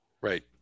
Right